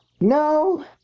No